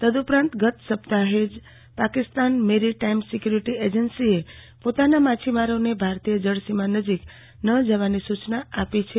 તદુપરાંત સપ્તાહે જ પાકિસ્તાન મેરી ટાઇમ સેક્વરીટી એજન્સીએ પોતાના માછીમારોને જળસીમા નજીક ન જવાની સુયના આપી છે